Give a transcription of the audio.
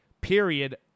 period